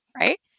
right